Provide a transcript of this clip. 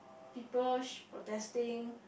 people protesting